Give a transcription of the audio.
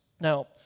Now